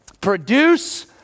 Produce